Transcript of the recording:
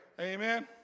amen